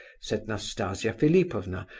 said nastasia philipovna,